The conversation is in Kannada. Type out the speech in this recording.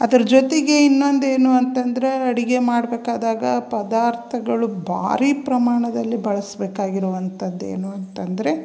ಅದ್ರ ಜೊತೆಗೆ ಇನ್ನೊಂದು ಏನು ಅಂತಂದರೆ ಅಡುಗೆ ಮಾಡಬೇಕಾದಾಗ ಪದಾರ್ಥಗಳು ಭಾರಿ ಪ್ರಮಾಣದಲ್ಲಿ ಬಳ್ಸ್ಬೇಕಾಗಿರುವಂಥದ್ದು ಏನು ಅಂತಂದರೆ